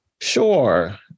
Sure